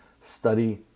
study